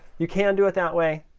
you can do it that way.